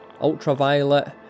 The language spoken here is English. ultraviolet